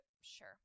sure